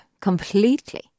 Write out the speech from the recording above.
completely